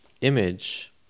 image